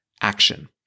action